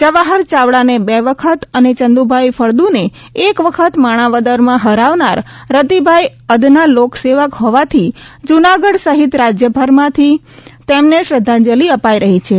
જવાહર ચાવડાને બે વખત અને ચંદુભાઇ ફળદુને માણાવદરમાં હરાવનાર રતિભાઇ અદના લોકસેવક હોવાથી જુનાગઢ સહિત રાજ્યભરમાંથી તેમને શ્રધ્ધાંજલિ અપાઇ રહી છે